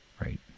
right